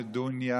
נדוניה